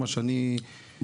ממה שאני שומע,